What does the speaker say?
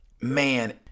man